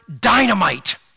dynamite